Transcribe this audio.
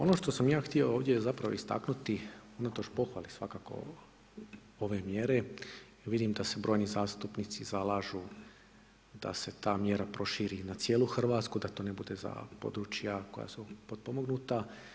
Ono što sam ja htio ovdje zapravo istaknuti unatoč pohvali svakako ove mjere, vidim da se brojni zastupnici zalažu da se ta mjera proširi i na cijelu Hrvatsku, da to ne bude za područja koja su potpomognuta.